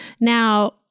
Now